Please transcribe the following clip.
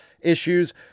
issues